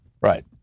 Right